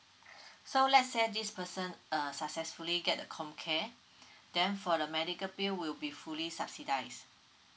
so let's say this person uh successfully get the COMCARE then for the medical bill will be fully subsidised